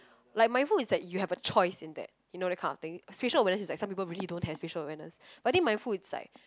like mindful is that you have a choice in that you know that kind of thing spatial awareness is like some people really don't have spatial awareness but I think mindful is like